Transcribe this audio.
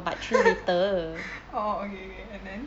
orh okay okay and then